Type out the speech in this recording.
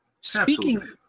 Speaking